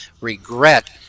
regret